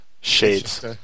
Shades